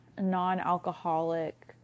non-alcoholic